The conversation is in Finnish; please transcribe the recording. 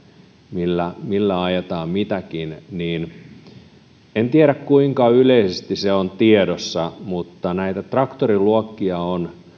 millä millä ajetaan mitäkin en tiedä kuinka yleisesti se on tiedossa mutta näitä traktoriluokkia on